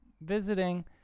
visiting